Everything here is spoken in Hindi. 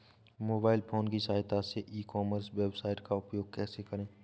मोबाइल फोन की सहायता से ई कॉमर्स वेबसाइट का उपयोग कैसे करें?